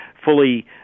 fully